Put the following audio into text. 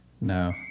No